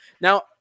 Now